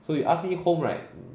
so you ask me home right